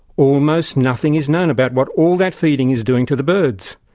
almost nothing is known about what all that feeding is doing to the birds.